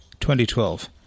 2012